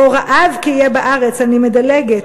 רעב כי יהיה בארץ" אני מדלגת,